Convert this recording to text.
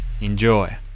Enjoy